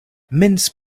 mince